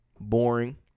boring